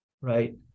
right